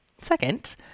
second